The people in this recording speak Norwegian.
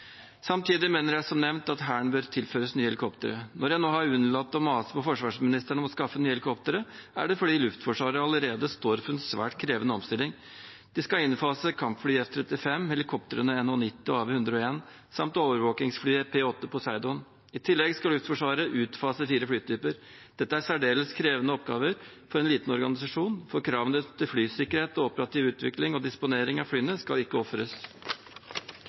Samtidig mener jeg, som nevnt, at Hæren bør tilføres nye helikoptre. Når jeg nå har unnlatt å mase på forsvarsministeren om å skaffe nye helikoptre, er det fordi Luftforsvaret allerede står overfor en svært krevende omstilling. De skal innfase kampflyet F-35, helikoptrene NH90 og AW101 samt overvåkingsflyet P-8 Poseidon. I tillegg skal Luftforsvaret utfase fire flytyper. Dette er særdeles krevende oppgaver for en liten organisasjon, for kravene til flysikkerhet og operativ utvikling og disponering av flyene skal ikke ofres.